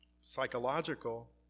psychological